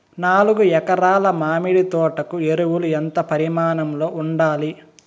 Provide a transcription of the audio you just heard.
నాలుగు ఎకరా ల మామిడి తోట కు ఎరువులు ఎంత పరిమాణం లో ఉండాలి?